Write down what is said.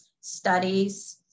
studies